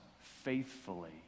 faithfully